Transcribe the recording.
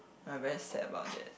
I very sad about that